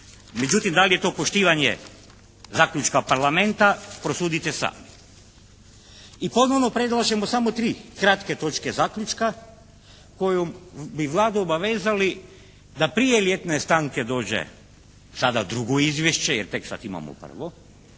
Međutim da li je to poštivanje zaključka Parlamenta prosudite sami. I … /Govornik se ne razumije./ … predlažemo samo tri kratke točke zaključka kojom bi Vladu obavezali da prije ljetne stanke dođe sada drugo izvješće, jer tek sad imamo prvo.